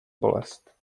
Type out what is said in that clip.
bolest